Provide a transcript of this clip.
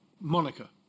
Monica